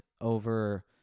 over